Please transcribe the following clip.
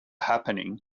happening